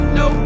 no